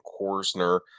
Korsner